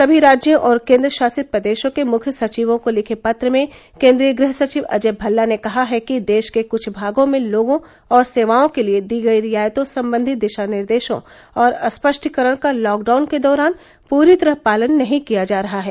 समी राज्यों और केन्द्रशासित प्रदेशों के मुख्य सचिवों को लिखे पत्र में केन्द्रीय गृह सचिव अजय भल्ला ने कहा है कि देश के कुछ भागों में लोगों और सेवाओं के लिए दी गई रियायतों संबंधी दिशा निर्देशों और स्पष्टीकरणों का लॉकडाउन के दौरान पूरी तरह पालन नहीं किया जा रहा है